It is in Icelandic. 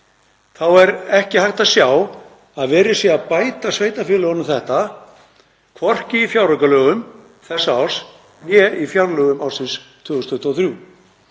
Þá er ekki hægt að sjá að verið sé að bæta sveitarfélögunum þetta, hvorki í fjáraukalögum þessa árs né í fjárlögum ársins 2023.